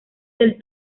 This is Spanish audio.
del